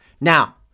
Now